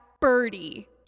Birdie